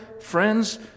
friends